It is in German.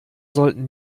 sollten